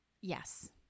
Yes